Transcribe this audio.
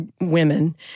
women